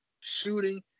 shooting